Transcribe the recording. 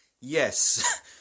Yes